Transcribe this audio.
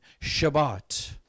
Shabbat